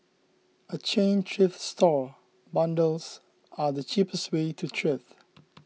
a chain thrift store bundles are the cheapest way to thrift